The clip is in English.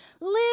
Live